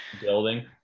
building